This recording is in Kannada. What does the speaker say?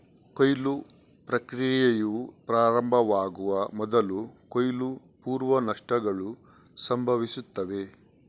ಕೊಯ್ಲು ಪ್ರಕ್ರಿಯೆಯು ಪ್ರಾರಂಭವಾಗುವ ಮೊದಲು ಕೊಯ್ಲು ಪೂರ್ವ ನಷ್ಟಗಳು ಸಂಭವಿಸುತ್ತವೆ